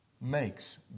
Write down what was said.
makes